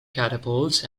catapults